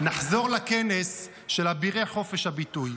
נחזור לכנס של אבירי חופש הביטוי.